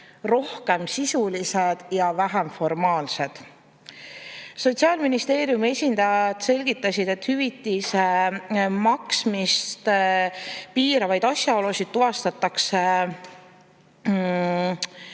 rohkem sisulised ja vähem formaalsed. Sotsiaalministeeriumi esindajad selgitasid, et hüvitise maksmist piiravaid asjaolusid tuvastatakse